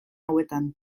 hauetan